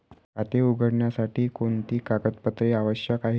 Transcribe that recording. खाते उघडण्यासाठी कोणती कागदपत्रे आवश्यक आहे?